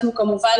אנחנו כמובן